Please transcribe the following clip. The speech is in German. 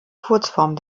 kurzform